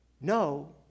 No